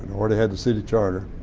and already had the city charter,